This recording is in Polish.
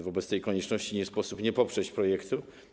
Wobec tej konieczności nie sposób nie poprzeć projektu.